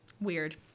weird